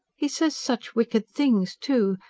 he says such wicked things, too.